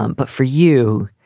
um but for you,